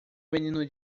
menino